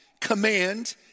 command